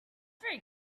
very